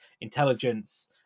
intelligence